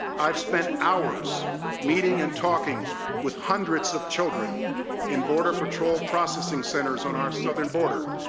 i've spent hours meeting and talking with hundreds of children in border patrol processing centers on our southern border,